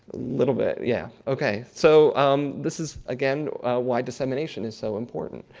little bit, yeah. okay. so um this is again why dissemination is so important.